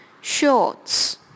Shorts